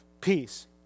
peace